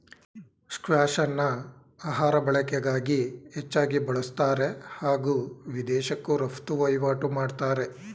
ಸ್ಕ್ವಾಷ್ಅನ್ನ ಆಹಾರ ಬಳಕೆಗಾಗಿ ಹೆಚ್ಚಾಗಿ ಬಳುಸ್ತಾರೆ ಹಾಗೂ ವಿದೇಶಕ್ಕೂ ರಫ್ತು ವಹಿವಾಟು ಮಾಡ್ತಾರೆ